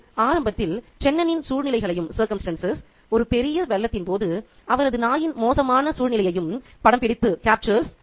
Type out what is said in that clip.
இது ஆரம்பத்தில் சென்னனின் சூழ்நிலைகளையும் ஒரு பெரிய வெள்ளத்தின் போது அவரது நாயின் மோசமான சூழ்நிலையையும் படம் பிடித்து காட்டுகிறது